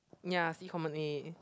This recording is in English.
ya see common A